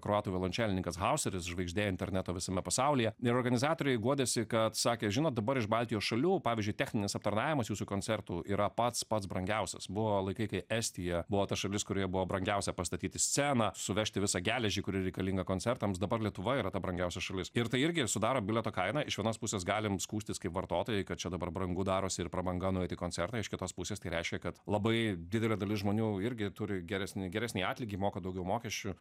kroatų violončelininkas hauseris žvaigždė interneto visame pasaulyje ir organizatoriai guodėsi kad sakė žinot dabar iš baltijos šalių pavyzdžiui techninis aptarnavimas jūsų koncertų yra pats pats brangiausias buvo laikai kai estija buvo ta šalis kurioje buvo brangiausia pastatyti sceną suvežti visą geležį kuri reikalinga koncertams dabar lietuva yra ta brangiausia šalis ir tai irgi sudaro bilieto kainą iš vienos pusės galim skųstis kaip vartotojai kad čia dabar brangu darosi ir prabanga nueit į koncertą iš kitos pusės tai reiškia kad labai didelė dalis žmonių irgi turi geresnį geresnį atlygį moka daugiau mokesčių